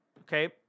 Okay